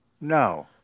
No